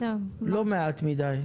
לא מעט מדיי.